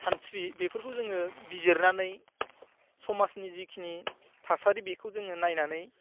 सानस्रि बेफोरखौ जोङो बिजिरनानै समाजनि जिखिनि थासारि बेखौ जोङो नायनानै